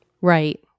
Right